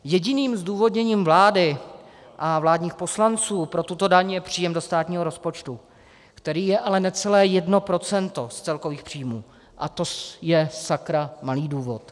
Jediným zdůvodněním vlády a vládních poslanců pro tuto daň je příjem do státního rozpočtu, který je ale necelé 1 % z celkových příjmů, a to je sakra malý důvod.